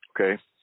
Okay